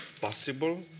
possible